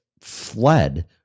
fled